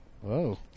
Whoa